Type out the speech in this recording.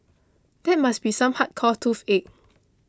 that must be some hardcore toothache